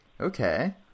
Okay